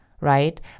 Right